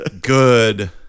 good